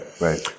right